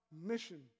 mission